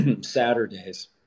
Saturdays